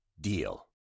DEAL